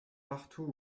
partout